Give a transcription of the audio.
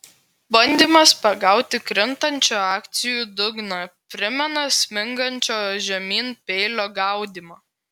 bandymas pagauti krintančių akcijų dugną primena smingančio žemyn peilio gaudymą